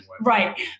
right